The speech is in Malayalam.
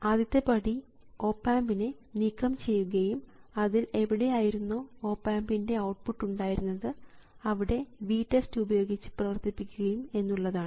ആദ്യത്തെ പടി ഓപ് ആമ്പിനെ നീക്കം ചെയ്യുകയും അതിൽ എവിടെയായിരുന്നോ ഓപ് ആമ്പിൻറെ ഔട്ട്പുട്ട് ഉണ്ടായിരുന്നത് അവിടെ VTEST ഉപയോഗിച്ച് പ്രവർത്തിപ്പിക്കുകയും എന്നുള്ളതാണ്